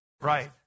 Right